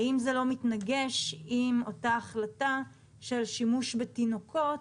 האם זה לא מתנגש עם אותה החלטה של שימוש בתינוקות